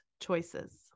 choices